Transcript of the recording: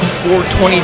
420